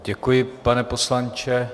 Děkuji, pane poslanče.